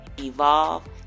evolve